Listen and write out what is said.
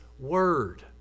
word